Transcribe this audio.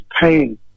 pain